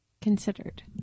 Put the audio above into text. considered